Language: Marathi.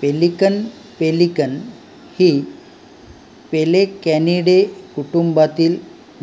पेलिकन पेलिकन ही पेलेकॅनिडे कुटुंबातील